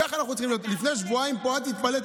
לפני שבועיים את התפלאת,